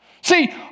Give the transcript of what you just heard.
See